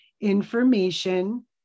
information